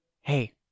Hey